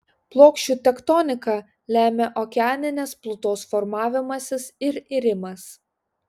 plokščių tektoniką lemia okeaninės plutos formavimasis ir irimas